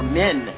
men